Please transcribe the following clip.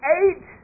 eight